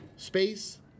Space